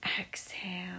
exhale